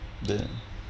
then